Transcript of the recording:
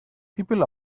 people